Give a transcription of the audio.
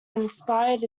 inspired